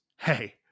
Hey